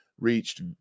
reached